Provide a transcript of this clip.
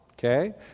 Okay